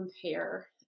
compare